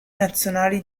nazionali